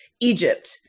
Egypt